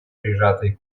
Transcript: прижатой